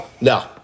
no